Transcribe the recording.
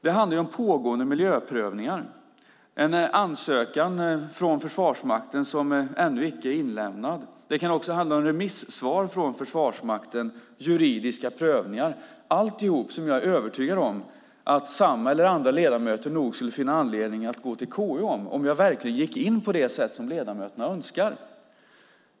Det handlar om pågående miljöprövningar, en ansökan från Försvarsmakten som ännu icke är inlämnad eller remissvar från Försvarsmakten och juridiska prövningar. Det är alltihop saker som jag är övertygad att samma eller andra ledamöter nog skulle finna anledning att gå till KU med om jag verkligen gick in på det sätt som ledamöterna önskar.